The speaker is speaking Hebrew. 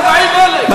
40,000. תודה, תודה.